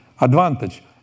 advantage